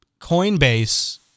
Coinbase